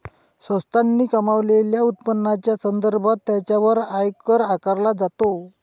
संस्थांनी कमावलेल्या उत्पन्नाच्या संदर्भात त्यांच्यावर आयकर आकारला जातो